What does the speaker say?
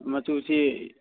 ꯃꯆꯨꯁꯤ